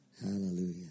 Hallelujah